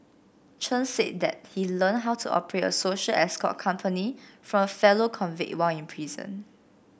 Chen said that he learned how to operate a social escort company from fellow convict while in prison